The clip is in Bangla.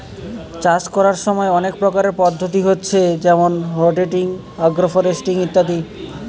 চাষ কোরার সময় অনেক প্রকারের পদ্ধতি হচ্ছে যেমন রটেটিং, আগ্রফরেস্ট্রি ইত্যাদি